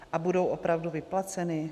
A budou opravdu vyplaceny?